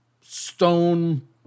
stone